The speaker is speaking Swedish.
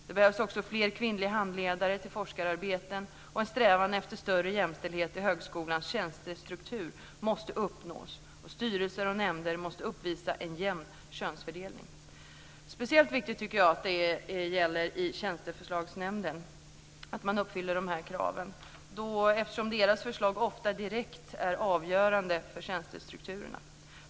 Det behövs också fler kvinnliga handledare till forskararbeten, och en strävan till större jämställdhet i högskolans tjänstestruktur måste uppnås. Styrelser och nämnder måste uppvisa en jämn könsfördelning. Speciellt viktigt är att man uppfyller de kraven i tjänsteförslagsnämnden. Dess förslag är ofta direkt avgörande för tjänstestrukturerna.